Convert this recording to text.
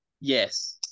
Yes